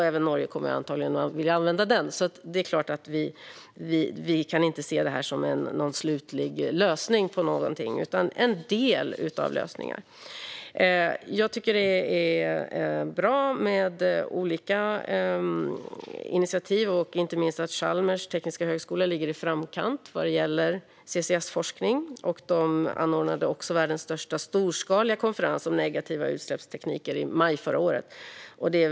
Även Norge kommer antagligen att vilja använda den. Det är klart att vi inte kan se det här som någon slutlig lösning på någonting, utan det är en del av lösningen. Jag tycker att det är bra med olika initiativ, och inte minst att Chalmers tekniska högskola ligger i framkant vad gäller CCS-forskning. De anordnade också i maj förra året världens största storskaliga konferens om tekniker för negativa utsläpp.